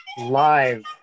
live